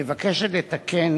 מבקשת לתקן